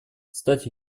стать